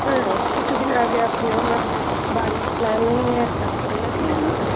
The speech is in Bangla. হ্যাঁ কিছু দিন আগে আপনি আমার বাড়ির প্লামবিংয়ের কাজ করে গেছিলেন না